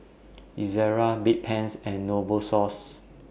Ezerra Bedpans and Novosource